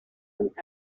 system